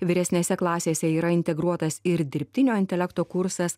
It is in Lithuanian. vyresnėse klasėse yra integruotas ir dirbtinio intelekto kursas